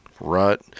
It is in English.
rut